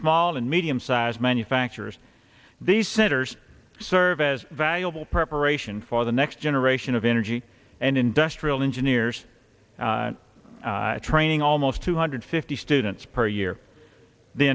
small and medium sized manufacturers these centers serve as valuable preparation for the next generation of energy and industrial engineers training almost two hundred fifty students per year the